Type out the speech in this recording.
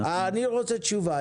אני רוצה תשובה.